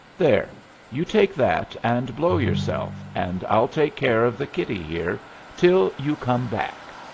there you take that and blow yourself, and i'll take care of the kitty here till you come back.